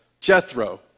Jethro